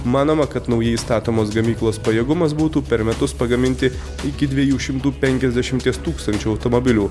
manoma kad naujai statomos gamyklos pajėgumas būtų per metus pagaminti iki dviejų šimtų penkiasdešimties tūkstančių automobilių